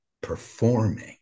performing